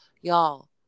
y'all